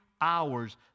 hours